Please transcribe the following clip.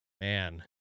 man